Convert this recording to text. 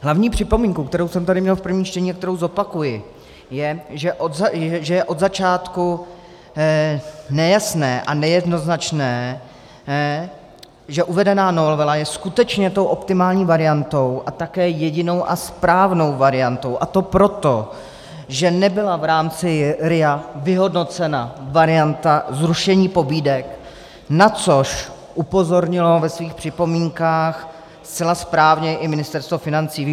Hlavní připomínku, kterou jsem tady měl v prvním čtení a kterou zopakuji, je, že je od začátku nejasné a nejednoznačné, že uvedená novela je skutečně tou optimální variantou a také jedinou a správnou variantou, a to proto, že nebyla v rámci RIA vyhodnocena varianta zrušení pobídek, na což upozornilo ve svých připomínkách zcela správně i Ministerstvo financí.